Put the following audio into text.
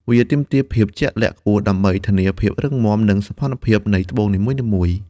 វាទាមទារភាពជាក់លាក់ខ្ពស់ដើម្បីធានាភាពរឹងមាំ និងសោភ័ណភាពនៃត្បូងនីមួយៗ។